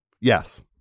yes